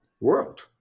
world